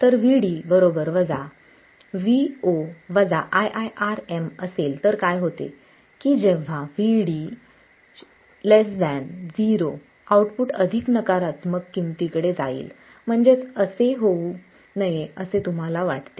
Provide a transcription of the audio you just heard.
तर Vd Vo ii Rm असेल तर काय होते की जेव्हा Vd 0 आउटपुट अधिक नकारात्मक किमती कडे जाईल म्हणजेच असे होऊ नये असे तुम्हाला वाटते